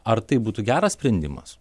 ar tai būtų geras sprendimas